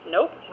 Nope